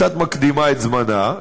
קצת מקדימה את זמנה,